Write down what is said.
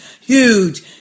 huge